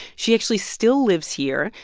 she actually still lives here.